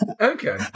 Okay